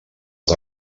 els